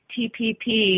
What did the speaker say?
TPP